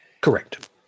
Correct